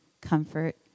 comfort